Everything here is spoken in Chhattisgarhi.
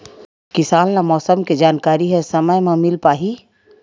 किसान ल मौसम के जानकारी ह समय म मिल पाही?